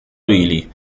billy